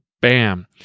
bam